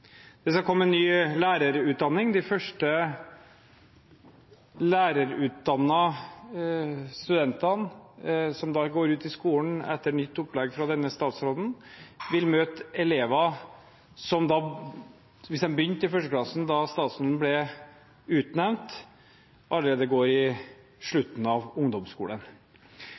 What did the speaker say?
Det skal komme ny lærerutdanning. De første lærerutdannede studentene som går ut i skolen etter nytt opplegg fra denne statsråden, vil møte elever som, hvis de begynte i 1. klasse da statsråden ble utnevnt, allerede går i slutten av ungdomsskolen.